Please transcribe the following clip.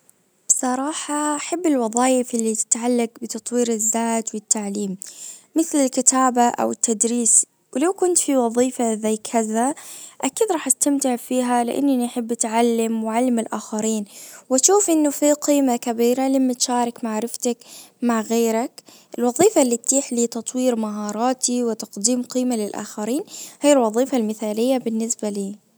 بصراحة احب الوظايف اللي تتعلج بتطوير الذات والتعليم مثل الكتابة او التدريس ولو كنت في وظيفة زي كذا اكيد راح استمتع فيها لانني احب اتعلم واعلم الاخرين واشوف انه في قيمة كبيرة لما تشارك معرفتك مع غيرك الوظيفة اللي تتيح لي تطوير مهاراتي وتقديم قيمة للاخرين هي الوظيفة المثالية بالنسبة لي.